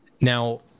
now